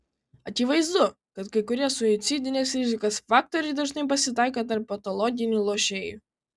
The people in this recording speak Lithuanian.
akivaizdu kad kai kurie suicidinės rizikos faktoriai dažnai pasitaiko tarp patologinių lošėjų